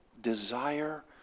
desire